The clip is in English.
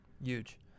Huge